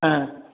ஆ